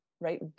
right